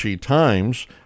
Times